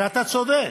ואתה צודק,